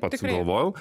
pats sugalvojau